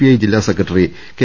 I ജില്ലാ secretary K